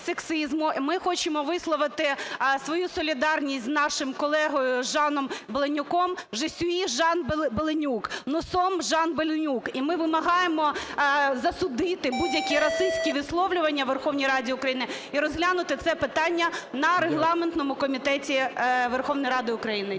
Ми хочемо висловити свою солідарність з нашим колегою Жаном Беленюком: Je suis Жан Беленюк, Nous sommes Жан Беленюк. І ми вимагаємо засудити будь-які расистські висловлювання у Верховній Раді України і розглянути це питання на регламентному комітеті Верховної Ради України.